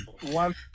one